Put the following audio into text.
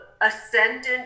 ascendant